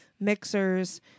mixers